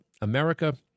America